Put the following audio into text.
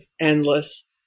endless